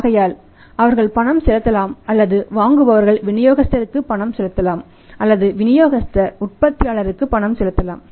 ஆகையால் அவர்கள் பணம் செலுத்தலாம் அல்லது வாங்குபவர் விநியோகஸ்தருக்கு பணம் செலுத்தலாம் அல்லது விநியோகிஸ்தர் உற்பத்தியாளருக்கு பணம் செலுத்தலாம்